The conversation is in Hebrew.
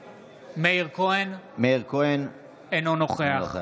כהן, אינו נוכח